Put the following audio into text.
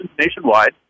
nationwide